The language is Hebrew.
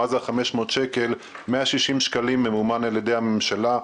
מה זה ה-500 שקל: 160 שקלים ממומנים על ידי הממשלה,